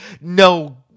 No